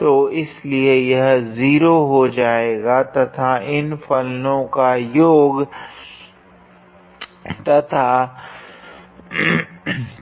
तो इस लिए यह 0 हो जाएगा तथा इन फलनों का योग तथा